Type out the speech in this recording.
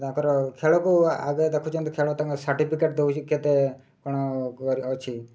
ତାଙ୍କର ଖେଳକୁ ଆଗେ ଦେଖୁଛନ୍ତି ଖେଳ ତାଙ୍କ ସାର୍ଟିଫିକେଟ ଦଉଛି କେତେ କ'ଣ କରି ଅଛି